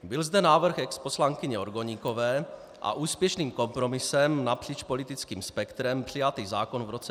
Byl zde návrh exposlankyně Orgoníkové a úspěšným kompromisem napříč politickým spektrem přijatý zákon v roce 2009.